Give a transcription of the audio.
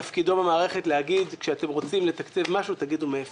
תפקידו במערכת להגיד: כשאתם רוצים לתקצב משהו תגידו מאיפה.